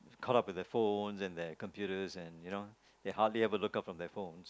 caught up with their phones and their computers and you know they hardly ever look up from their phones